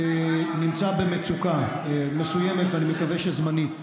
שנמצא במצוקה מסוימת, ואני מקווה שזמנית.